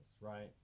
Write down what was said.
right